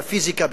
בפיזיקה,